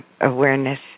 awareness